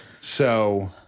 So-